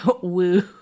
Woo